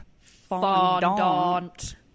fondant